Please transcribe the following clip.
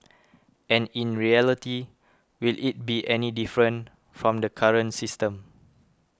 and in reality will it be any different from the current system